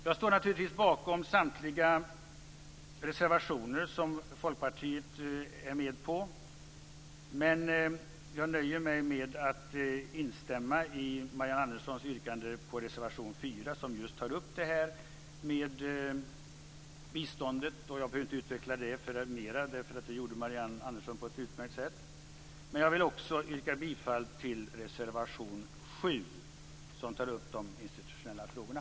Jag står naturligtvis bakom samtliga de reservationer som Folkpartiet finns med på, men jag nöjer mig med att instämma i Marianne Anderssons yrkande om bifall till reservation 4, där man tar upp frågan om biståndet. Jag behöver inte utveckla detta mera, eftersom Marianne Andersson gjorde det på ett utmärkt sätt. Jag yrkar också bifall till reservation 7, där man tar upp de institutionella frågorna.